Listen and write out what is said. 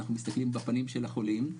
אנחנו מסתכלים בפנים של החולים,